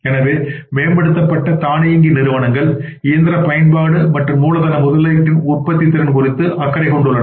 எனவே மேம்படுத்தப்பட்ட தானியங்கி நிறுவனங்கள் இயந்திர பயன்பாடு மற்றும் மூலதன முதலீட்டின் உற்பத்தித்திறன் குறித்து அக்கறை கொண்டுள்ளன